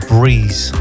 Breeze